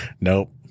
Nope